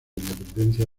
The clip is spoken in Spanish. independencia